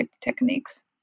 techniques